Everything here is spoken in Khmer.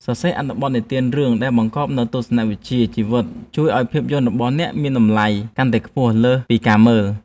សរសេរអត្ថបទនិទានរឿងដែលបង្កប់នូវទស្សនវិជ្ជាជីវិតជួយឱ្យភាពយន្តរបស់អ្នកមានតម្លៃកាន់តែខ្ពស់លើសពីការមើល។